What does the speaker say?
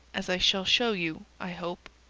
as i shall show you, i hope.